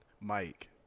Mike